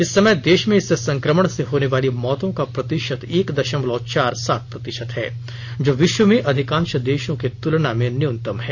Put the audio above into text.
इस समय देश में इस संक्रमण से होने वाली मौतों का प्रतिशत एक दशमलव चार सात है जो विश्व में अधिकांश देशों की तुलना में न्यूनतम है